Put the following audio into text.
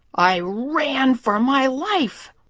i ran for my life.